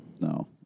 No